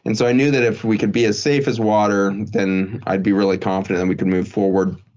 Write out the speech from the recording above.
and so i knew that if we could be as safe as water, then i'd be really confident and we could move forward.